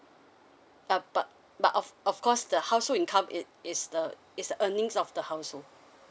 uh but but of of course the household income it it's the it's the earnings of the household